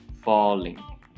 falling